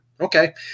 Okay